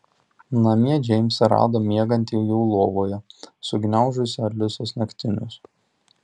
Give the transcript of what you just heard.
namie džeimsą rado miegantį jų lovoje sugniaužusį alisos naktinius